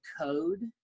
code